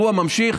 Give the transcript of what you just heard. האירוע נמשך.